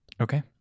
Okay